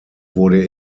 wurde